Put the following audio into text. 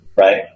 right